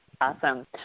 Awesome